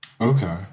Okay